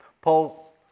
Paul